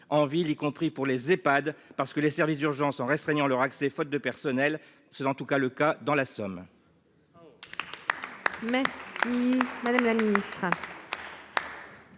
en ville, y compris pour les Ehpad parce que les services d'urgence en restreignant leur accès faute de personnel, seuls, en tout cas le cas dans la Somme.